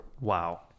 wow